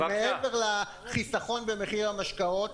מעבר לחיסכון במחיר המשקאות,